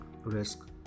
risk